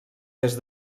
des